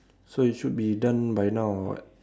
so it should be done by now [what]